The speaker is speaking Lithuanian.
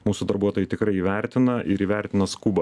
mūsų darbuotojai tikrai įvertina ir įvertina skubą